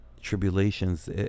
tribulations